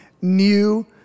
new